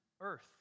earth